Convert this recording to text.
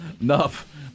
Enough